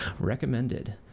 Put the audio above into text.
Recommended